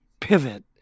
pivot